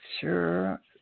sure